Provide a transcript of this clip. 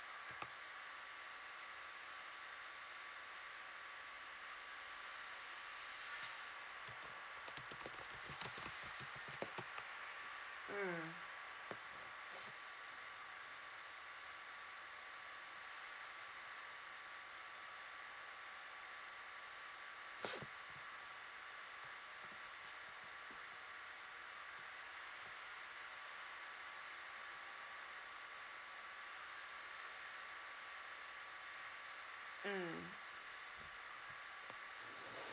mm mm